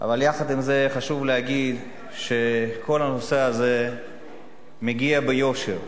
אבל יחד עם זה חשוב להגיד שכל הנושא הזה מגיע ביושר.